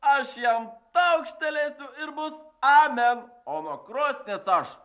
aš jam taukštelėsiu ir bus amen o nuo krosnies aš